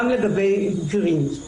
גם לגבי בגירים.